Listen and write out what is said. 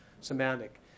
semantic